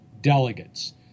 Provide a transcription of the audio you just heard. delegates